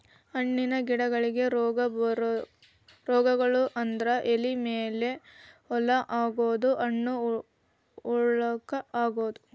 ಹಣ್ಣಿನ ಗಿಡಗಳಿಗೆ ಬರು ರೋಗಗಳು ಅಂದ್ರ ಎಲಿ ಮೇಲೆ ಹೋಲ ಆಗುದು, ಹಣ್ಣ ಹುಳಕ ಅಗುದು